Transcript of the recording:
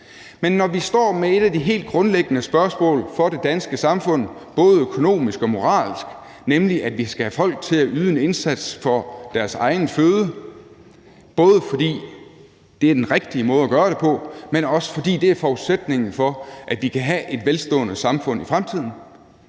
Men når vi står med et af de helt grundlæggende spørgsmål for det danske samfund, både økonomisk og moralsk, nemlig at vi skal have folk til at yde en indsats for deres egen føde, både fordi det er den rigtige måde at gøre det på, men også, fordi det er forudsætningen for, at vi kan have et velstående samfund i fremtiden,